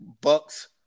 Bucks